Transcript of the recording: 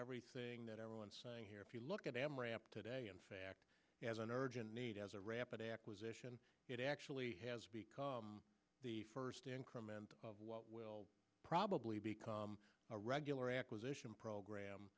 everything that everyone here if you look at em ramp today in fact as an urgent need as a rapid acquisition it actually has become the first increment of what will probably become a regular acquisition program